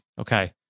Okay